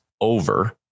over